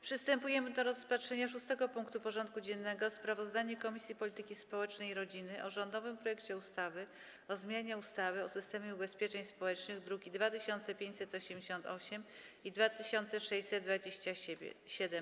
Przystępujemy do rozpatrzenia punktu 6. porządku dziennego: Sprawozdanie Komisji Polityki Społecznej i Rodziny o rządowym projekcie ustawy o zmianie ustawy o systemie ubezpieczeń społecznych (druki nr 2588 i 2627)